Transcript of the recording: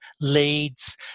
leads